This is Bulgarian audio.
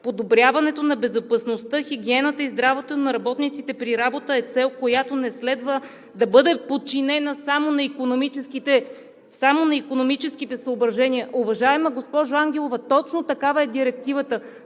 „Подобряването на безопасността, хигиената и здравето на работниците при работа е цел, която не следва да бъде подчинена само на икономическите съображения“. Уважаема госпожо Ангелова, точно такава е Директивата: